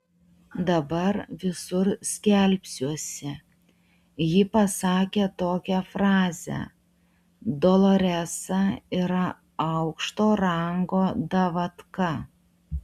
dabar visur skelbsiuosi ji pasakė tokią frazę doloresa yra aukšto rango davatka